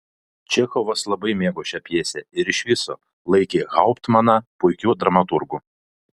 čechovas labai mėgo šią pjesę ir iš viso laikė hauptmaną puikiu dramaturgu